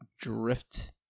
drift